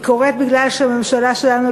היא קורית בגלל שהממשלה שלנו,